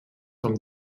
from